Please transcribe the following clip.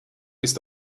ist